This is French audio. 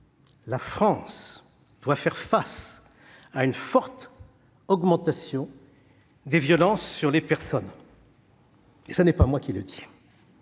la France doit faire face à une forte augmentation des violences sur les personnes. Ce n'est pas moi qui le dis,